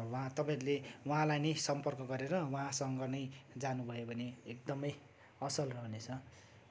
उहाँ तपाईँले उहाँलाई नै सम्पर्क गरेर उहाँसँग नै जानु भयो भने एकदमै असल रहनेछ